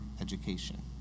education